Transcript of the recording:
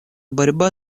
борьба